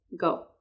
Go